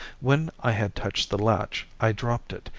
when i had touched the latch i dropped it,